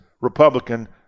republican